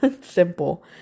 simple